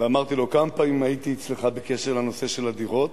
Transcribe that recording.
ואמרתי לו: כמה פעמים הייתי אצלך בקשר לנושא הדירות?